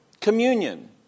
communion